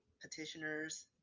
petitioners